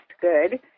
good